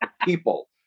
people